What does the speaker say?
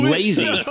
Lazy